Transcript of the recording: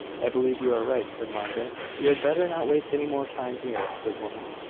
i believe you are right, said margaret. you had better not waste any more time here, good woman.